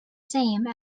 same